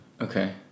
Okay